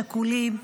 שכולים,